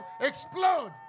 explode